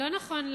לא נכון.